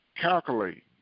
calculate